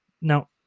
Now